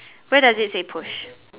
where does it say push